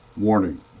Warning